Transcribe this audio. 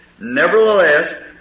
Nevertheless